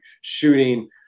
shooting